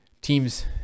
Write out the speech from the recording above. teams